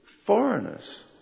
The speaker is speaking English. foreigners